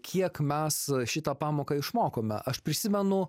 kiek mes šitą pamoką išmokome aš prisimenu